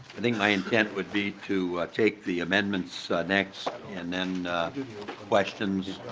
think my intent would be to take the amendments next and then questions